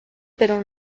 pero